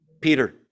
Peter